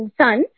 son